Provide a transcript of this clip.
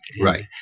Right